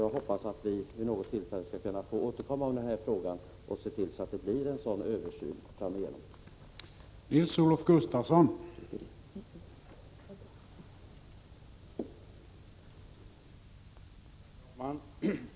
Jag hoppas att vi får tillfälle att återkomma till frågan och se till att en sådan översyn kommer till stånd.